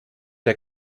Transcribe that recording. der